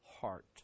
heart